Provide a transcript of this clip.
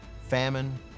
famine